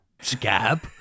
scab